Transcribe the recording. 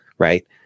Right